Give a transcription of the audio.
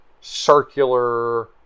circular